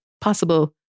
possible